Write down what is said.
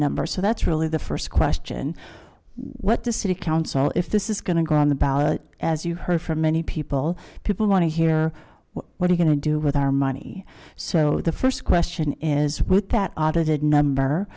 number so that's really the first question what the city council if this is going to go on the ballot as you heard from many people people want to hear what are going to do with our money so the first question is with that audited number